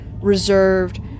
reserved